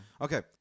Okay